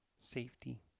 safety